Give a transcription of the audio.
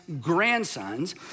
grandsons